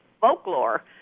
folklore